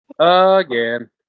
Again